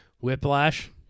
whiplash